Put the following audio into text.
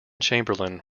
chamberlain